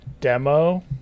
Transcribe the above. demo